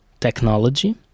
technology